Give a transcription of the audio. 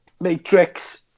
Matrix